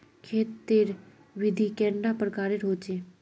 खेत तेर विधि कैडा प्रकारेर होचे?